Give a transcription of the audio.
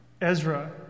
Ezra